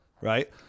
right